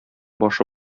башы